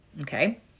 Okay